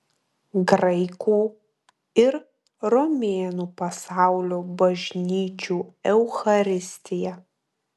graikų ir romėnų pasaulio bažnyčių eucharistija